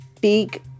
big